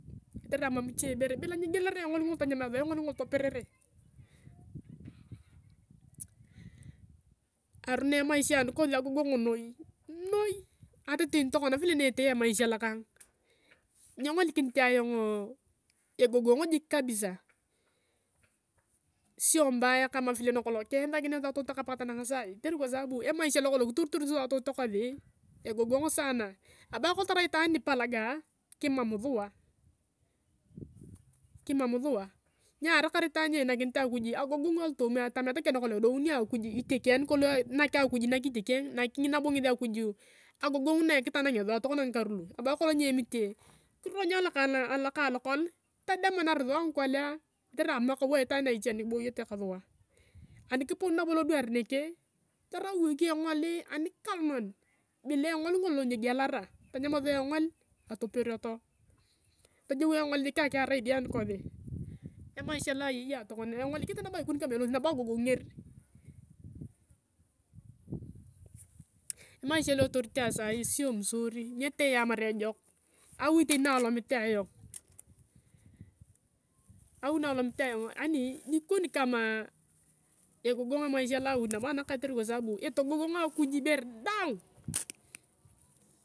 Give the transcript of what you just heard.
Kotere amam iche bore bila nyiegialara sua engol mgolo tanyamea sua engol ngolo, toperere. Arono emaisha anikosi agogong noi ata tani tokona vile ni ete ayong emaisha lokang, nyengolikini ayong egogong kabisa. Sio mbaya kama vile nikolong kiyansakia sua totokang paka tanang sai. Kotere kwa sababu emaisha lokolong kitoritor sua totkosi egogong saana, anibo kerai kolong tarai itaan nipalanga, kimam sua kimam sua niarakar itaan ni einakinit akuj agogong alotooma atamet keng nakolong edounio akuj itiekeng ani kolong naek akuj nak itiekeng naek nabo ngesi akuj agogoung na kitanangea sua ngikaru lu. Anibo kerai kolong nyiemite, kirony alokalokol, kitedemanar sua ngikolea kotere amamakau aitaan aiche ani iboyete ka sua. Ani kiponi nabo lodasa neke tarau akiwoki engol anikalononea, bila engol ngolo nyiegialara atanyama sua engol ngolo atopierieto, tonyua engol jik akiar idia nikosi. Emaisha loa ayei ayong tokona engolikinit ayong tokona sio mzuri, nyete ayong atamar ejok, awi tani na alomit ayong, awi na alomit ayong, yani nikoni kama, egogong emaisha nabo lua awi anakang kotere kwa sabu etogogong akuj ibore daang.